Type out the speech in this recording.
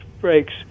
brakes